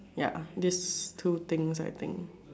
ya this two things I think